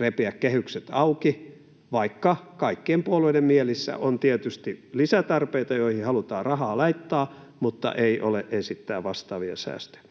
repiä kehykset auki, vaikka kaikkien puolueiden mielissä on tietysti lisätarpeita, joihin halutaan rahaa laittaa, mutta ei ole esittää vastaavia säästöjä.